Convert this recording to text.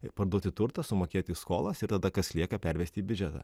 ir parduoti turtą sumokėti skolas ir tada kas lieka pervesti į biudžetą